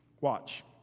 Watch